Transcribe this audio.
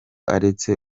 aretse